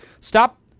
Stop